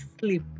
sleep